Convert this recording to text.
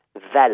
valid